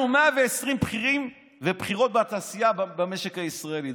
אנחנו 120 בכירים ובכירות בתעשייה במשק הישראלי,